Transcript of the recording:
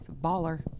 baller